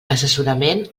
assessorament